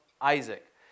Isaac